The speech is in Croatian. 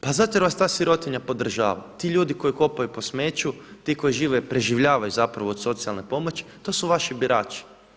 Pa zato jer vas ta sirotinja podržava, ti ljudi koji kopaju po smeću, ti koji preživljavaju zapravo od socijalne pomoći, to su vaši birači.